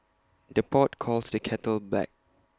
the pot calls the kettle black